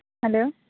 hello